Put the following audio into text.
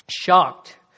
shocked